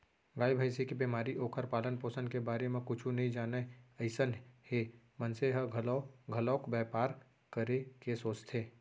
गाय, भँइसी के बेमारी, ओखर पालन, पोसन के बारे म कुछु नइ जानय अइसन हे मनसे ह घलौ घलोक बैपार ल करे के सोचथे